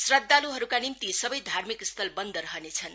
श्रद्धालुहरूका निम्ति सबै धार्मिक स्थल बन्द रहनेछन्